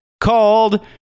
called